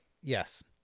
yes